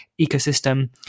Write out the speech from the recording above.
ecosystem